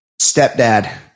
stepdad